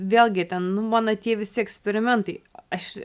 vėlgi ten nu mano tie visi eksperimentai aš